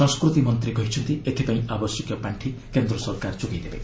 ସଂସ୍କୃତି ମନ୍ତ୍ରୀ କହିଛନ୍ତି ଏଥିପାଇଁ ଆବଶ୍ୟକୀୟ ପାର୍ଷି କେନ୍ଦ୍ରସରକାର ଯୋଗାଇ ଦେବେ